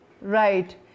Right